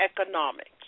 economics